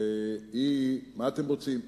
והיא: "מה אתם רוצים?